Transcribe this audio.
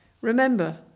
Remember